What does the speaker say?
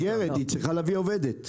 היא נסגרת, היא צריכה להביא עובדת.